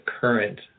current